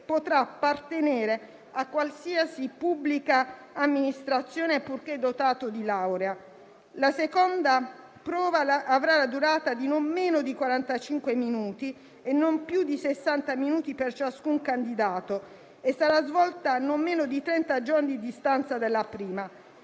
potrà appartenere a qualsiasi pubblica amministrazione, purché dotato di laurea. La seconda prova avrà la durata di non meno di quarantacinque minuti e non più di sessanta minuti per ciascun candidato, e sarà svolta a non meno di trenta giorni di distanza dalla prima.